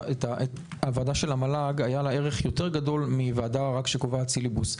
לוועדה של המל"ג היה ערך יותר מוועדה שרק קובעת סיליבוס.